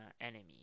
enemy